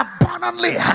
abundantly